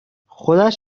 خودش